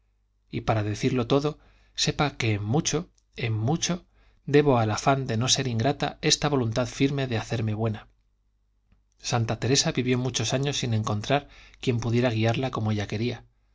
y para decirlo todo sepa que en mucho en mucho debo al afán de no ser ingrata esta voluntad firme de hacerme buena santa teresa vivió muchos años sin encontrar quien pudiera guiarla como ella quería